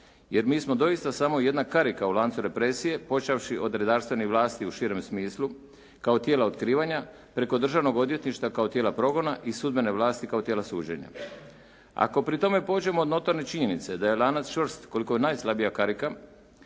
jer mi smo doista samo jedna karika u lancu represije počevši od redarstvenih vlasti u širem smislu kao tijela otkrivanja preko državnog odvjetništva kao tijela progona i sudbene vlasti kao tijela suđenja. Ako pri tome pođemo od notorne činjenice da je lanac čvrst koliko najslabija karika